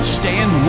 stand